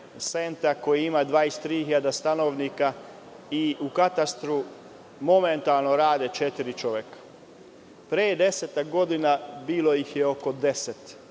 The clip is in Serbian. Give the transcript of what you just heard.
koja ima 23.000 stanovnika i u katastru momentalno rade četiri čoveka. Pre desetak godina bilo ih je oko 10